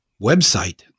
website